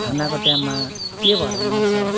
ठन्डाको टाइममा के भएर मर्छ